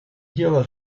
дело